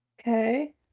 okay